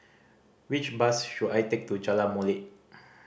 which bus should I take to Jalan Molek